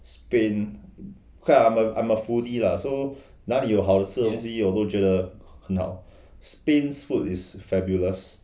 spain quite I'm a I'm a foodie lah so 哪里有好吃的东西我都觉得很好:na li youhao chi de dong xi wo dou jue de hen hao spain's food is fabulous